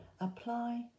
apply